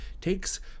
takes